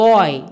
Boy